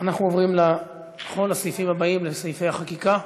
אנחנו עוברים לסעיפים הבאים, לסעיפי החקיקה.